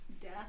Death